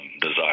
desire